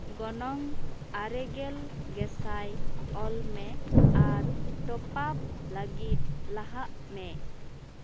ᱜᱚᱱᱚᱝ ᱟᱨᱮ ᱜᱮᱞ ᱜᱮᱥᱟᱭ ᱚᱞᱢᱮ ᱟᱨ ᱴᱚᱯᱟᱯ ᱞᱟ ᱜᱤᱫ ᱞᱟᱦᱟᱜ ᱢᱮ